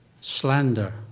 slander